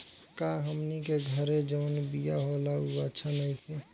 का हमनी के घरे जवन बिया होला उ अच्छा नईखे?